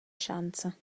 schanza